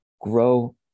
grow